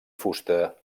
fusta